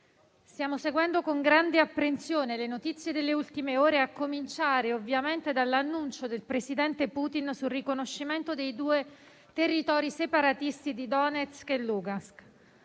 stiamo seguendo con grande apprensione le notizie delle ultime ore, a cominciare ovviamente dall'annuncio del presidente Putin sul riconoscimento dei due territori separatisti di Donetsk e Lugansk.